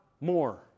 more